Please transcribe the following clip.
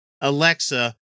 Alexa